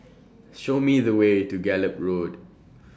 Show Me The Way to Gallop Road